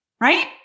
right